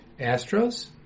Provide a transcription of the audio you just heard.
Astros